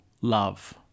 love